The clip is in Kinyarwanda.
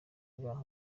rwa